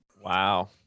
Wow